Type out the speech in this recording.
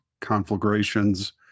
conflagrations